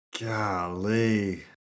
Golly